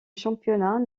championnat